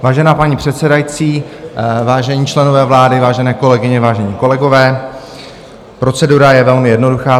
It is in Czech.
Vážená paní předsedající, vážení členové vlády, vážené kolegyně, vážení kolegové, procedura je velmi jednoduchá.